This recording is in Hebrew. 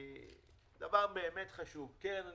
דבר באמת חשוב קרן הניקיון,